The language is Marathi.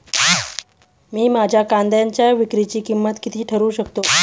मी माझ्या कांद्यांच्या विक्रीची किंमत किती ठरवू शकतो?